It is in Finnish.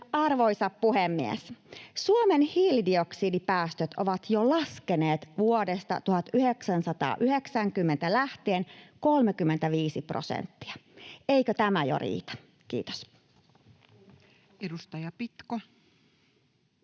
Arvoisa puhemies! Suomen hiilidioksidipäästöt ovat jo laskeneet vuodesta 1990 lähtien 35 prosenttia. Eikö tämä jo riitä? — Kiitos. [Speech 202]